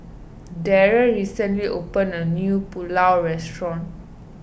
Darry recently opened a new Pulao Restaurant